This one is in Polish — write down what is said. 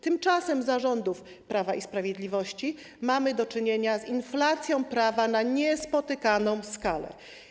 Tymczasem za rządów Prawa i Sprawiedliwości mamy do czynienia z inflacją prawa na niespotykaną skalę.